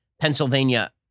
Pennsylvania